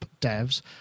devs